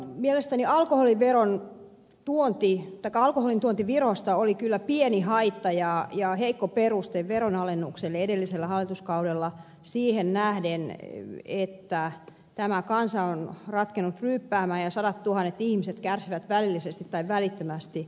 mielestäni alkoholin tuonti virosta oli kyllä pieni haitta ja heikko peruste veronalennukselle edellisellä hallituskaudella siihen nähden että tämä kansa on ratkennut ryyppäämään ja sadattuhannet ihmiset kärsivät välillisesti tai välittömästi alkoholiriippuvuudesta